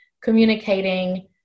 communicating